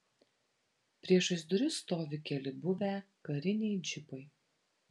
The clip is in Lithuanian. priešais duris stovi keli buvę kariniai džipai